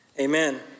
amen